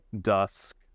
Dusk